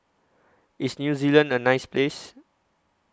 IS New Zealand A nice Place